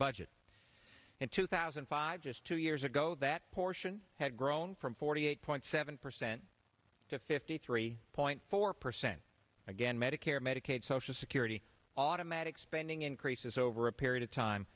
budget in two thousand and five just two years ago that portion had grown from forty eight point seven percent to fifty three point four percent again medicare medicaid social security automatic spending increases over a period of time